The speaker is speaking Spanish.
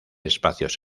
espacios